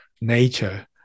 nature